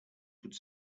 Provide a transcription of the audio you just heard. could